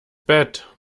bett